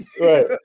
Right